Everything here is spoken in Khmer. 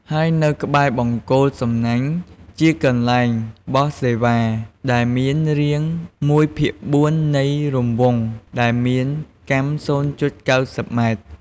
ហើយនៅក្បែរបង្គោលសំណាញ់ជាកន្លែងបោះសេវាដែលមានរាង១ភាគ៤នៃ រង្វង់ដែលមានកាំ០.៩០ម៉ែត្រ ។